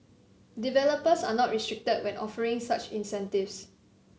developers are not restricted when offering such incentives